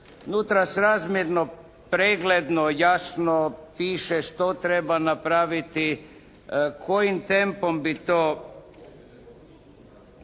Nutra srazmjerno, pregledno, jasno piše što treba napraviti, kojim tempom bi to